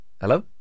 Hello